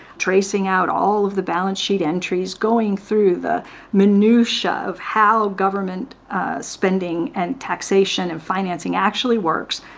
tracing out all of the balance sheet entries, going through the minutia of how government spending and taxation and financing actually works.